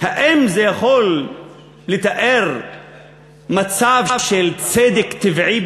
האם זה יכול לתאר מצב של צדק טבעי?